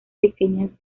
pequeñas